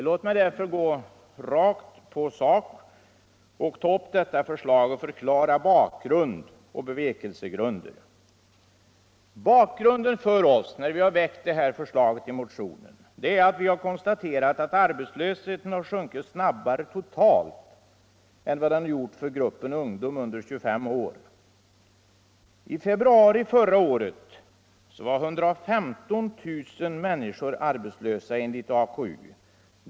Låt mig därför gå rakt på sak och ta upp detta förslag och förklara bakgrund och bevekelsegrunder. Bakgrunden för oss när vi har lagt fram det här förslaget är att vi har konstaterat att arbetslösheten sjunkit snabbare totalt än vad den gjort för gruppen ungdom under 25 år. I februari förra året var 115 000 människor arbetslösa enligt AKU.